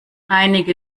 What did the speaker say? einige